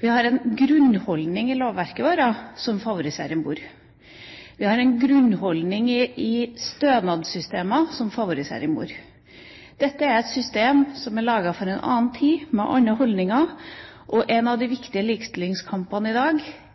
Vi har en grunnholdning i lovverket vårt som favoriserer mor. Vi har en grunnholdning i stønadssystemet som favoriserer mor. Dette er et system som er laget for en annen tid med andre holdninger. I en av de viktigste likestillingskampene i dag